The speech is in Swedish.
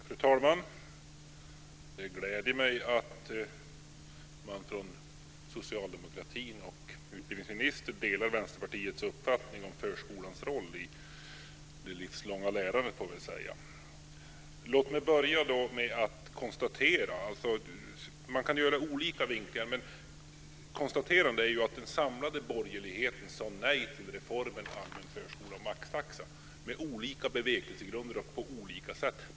Fru talman! Det gläder mig att Socialdemokraterna och utbildningsministern delar Vänsterpartiets uppfattning om förskolans roll i det livslånga lärandet. Man kan göra olika vinklingar, men jag kan konstatera att den samlade borgerligheten sade nej till reformen om allmän förskola och maxtaxa på olika bevekelsegrunder.